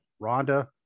Rhonda